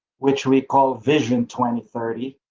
which we call vision twenty, thirty.